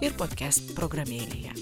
ir podcast programėlėje